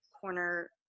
corner